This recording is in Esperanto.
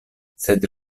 sed